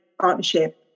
partnership